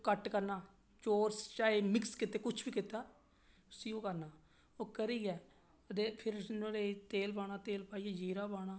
cut करना चोरस चाहे मिश्र किते चाहे कुछ बी कीता उसी ओह् करना ओह् करियै फिर उसी नुआढ़े च तेल पाना तेल पाइयै जीरा पाना